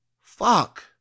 fuck